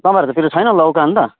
तपाईँहरूकोतिर छैन लौका अन्त